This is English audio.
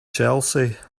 chelsea